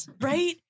Right